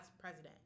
president